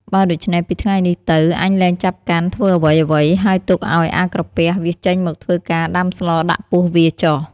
បើដូច្នេះពីថ្ងៃនេះទៅ អញលែងចាប់កាន់ធ្វើអ្វី ៗ ហើយទុកឲ្យអាក្រពះវាចេញមកធ្វើការដាំស្លដាក់ពោះវាចុះ។